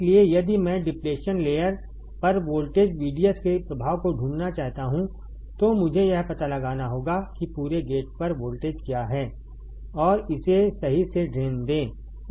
इसलिए यदि मैं डिप्लेशन लेयर पर वोल्टेज VDS के प्रभाव को ढूंढना चाहता हूं तो मुझे यह पता लगाना होगा कि पूरे गेट पर वोल्टेज क्या है और इसे सही से ड्रेन दें